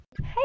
Hey